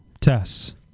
Tests